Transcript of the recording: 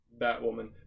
Batwoman